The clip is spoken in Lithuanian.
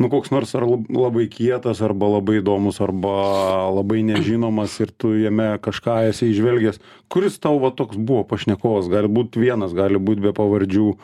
nu koks nors ar l labai kietas arba labai įdomus arba labai nežinomas ir tu jame kažką esi įžvelgęs kuris tau va toks buvo pašnekovas gali būt vienas gali būt be pavardžių